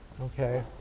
Okay